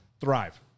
thrive